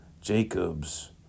Jacob's